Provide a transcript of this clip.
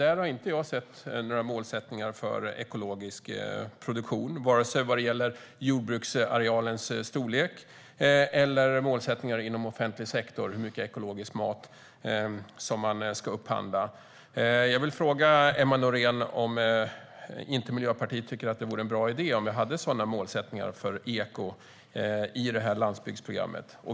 Där har jag inte sett några målsättningar för ekologisk produktion, vare sig vad gäller jordbruksarealens storlek eller hur mycket ekologisk mat som man ska upphandla inom offentlig sektor. Jag vill fråga Emma Nohrén om Miljöpartiet inte tycker att det vore en bra idé om vi hade sådana målsättningar för eko i landsbygdsprogrammet.